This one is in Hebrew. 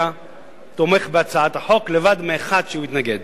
בבקשה, אדוני.